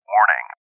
Warning